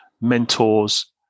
mentors